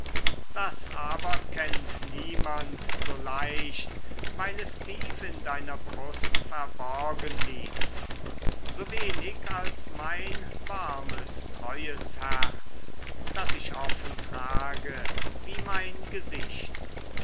das aber kennt niemand so leicht weil es tief in deiner brust verborgen liegt so wenig als mein warmes treues herz das ich offen trage wie mein gesicht